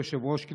כבוד היושב-ראש,